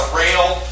rail